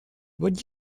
would